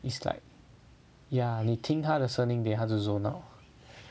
it's like yeah 你听他的声音 then 他就 zone out